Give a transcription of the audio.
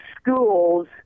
schools